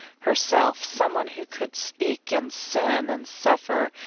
herself, someone who could speak, and sin, and suffer,